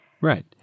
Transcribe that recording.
Right